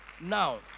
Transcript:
Now